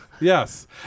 yes